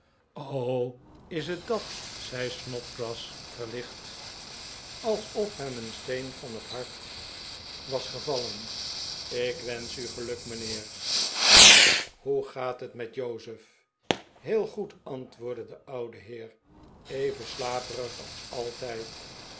is het dat zei snodgrass verlicht alsof hem een steen van het hart was gevallen ik wensch u geluk mijnheer en hoe gaat het met jozef heel goed antwoordde de oude heer even slaperig als altijd